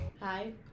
Hi